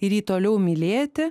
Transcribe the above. ir jį toliau mylėti